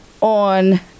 on